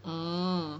mm